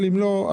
אבל אם לא,